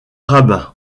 rabbin